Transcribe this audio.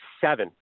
seven